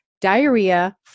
diarrhea